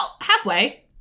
halfway